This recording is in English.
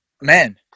man